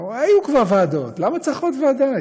אמרו: היו כבר ועדות, למה צריך עוד ועדה?